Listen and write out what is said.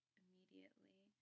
immediately